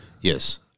Yes